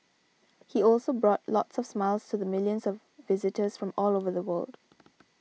he also brought lots of smiles to the millions of visitors from all over the world